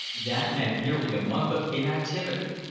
that meant nearly a month of inactivity.